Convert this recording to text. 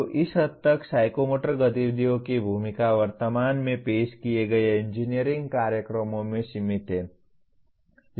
तो इस हद तक साइकोमोटर गतिविधियों की भूमिका वर्तमान में पेश किए गए इंजीनियरिंग कार्यक्रमों में सीमित है